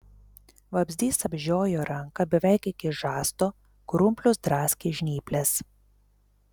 vabzdys apžiojo ranką beveik iki žasto krumplius draskė žnyplės